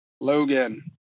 Logan